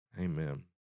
Amen